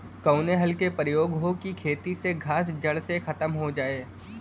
कवने हल क प्रयोग हो कि खेत से घास जड़ से खतम हो जाए?